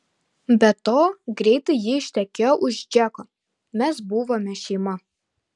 be to greitai ji ištekėjo už džeko mes buvome šeima